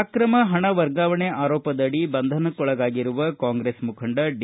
ಅಕ್ರಮ ಹಣ ವರ್ಗಾವಣೆ ಆರೋಪದಡಿ ಬಂಧನಕ್ಕೊಳಗಾಗಿರುವ ಕಾಂಗ್ರೆಸ್ ಮುಖಂಡ ಡಿ